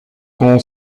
qu’on